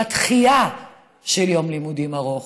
אלא יש דחייה של יום לימודים ארוך.